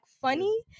funny